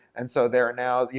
and so they are now, you